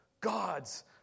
God's